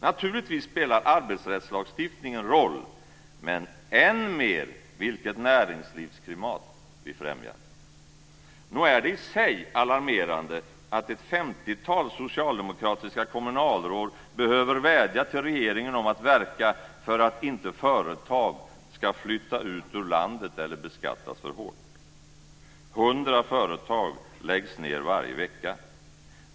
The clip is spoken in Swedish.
Naturligtvis spelar arbetsrättslagstiftningen roll men än mer vilket näringslivsklimat vi främjar. Nog är det i sig alarmerande att ett femtiotal socialdemokratiska kommunalråd behöver vädja till regeringen om att man ska verka för att inte företag ska flytta ut ur landet eller beskattas för hårt. Hundra företag läggs ned varje vecka.